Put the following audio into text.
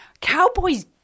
cowboy's